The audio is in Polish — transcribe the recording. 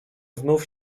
znów